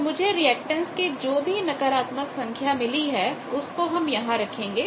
तो मुझे रिएक्टेंस कि जो भी नकारात्मक संख्या मिली है उसको हम यहां रखेंगे